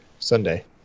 Sunday